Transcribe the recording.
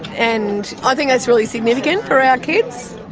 and i think that's really significant for our kids,